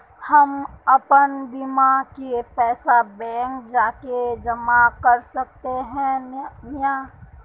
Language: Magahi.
हम अपन बीमा के पैसा बैंक जाके जमा कर सके है नय?